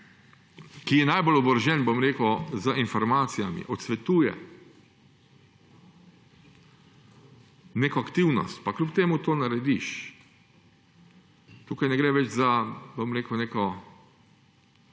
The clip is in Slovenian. ki je najbolj oborožen z informacijami, odsvetuje neko aktivnost, pa kljub temu to narediš, tukaj ne gre več za neko